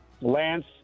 Lance